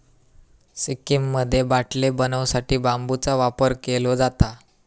सिक्कीममध्ये बाटले बनवू साठी बांबूचा वापर केलो जाता